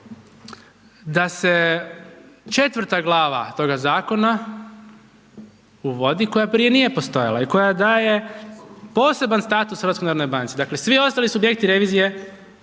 da se četvrta glava toga zakona uvodi koja prije nije postojala i koja daje poseban status HNB, dakle svi ostali subjekti revizije